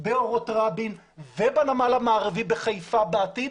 באורות רבין ובנמל המערבי בחיפה בעתיד,